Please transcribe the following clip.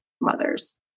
mothers